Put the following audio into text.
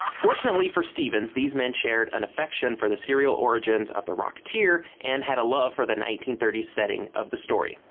fortunately for stevens, these men shared an affection for the serial origins of the rocketeer and had a love for the nineteen thirty s setting of the story.